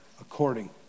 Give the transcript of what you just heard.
according